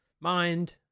mind